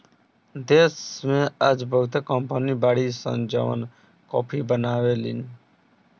देश में आज बहुते कंपनी बाड़ी सन जवन काफी बनावे लीन